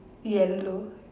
yellow